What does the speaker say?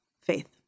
faith